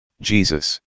Jesus